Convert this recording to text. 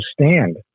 stand